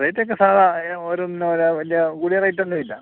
rate ഒക്കെ സാധാ ഒരോന്ന് വലിയ കൂടിയ റേറ്റ് ഒന്നും ഇല്ല